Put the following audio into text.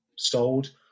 sold